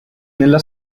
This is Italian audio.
nella